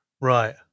Right